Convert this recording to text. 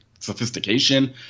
sophistication